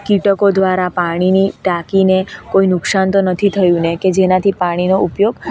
કિટકો દ્વારા પાણીની ટાંકીને કોઈ નુકસાન તો નથી થયું ને કે જેનાથી પાણીનો ઉપયોગ